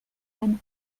même